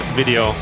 video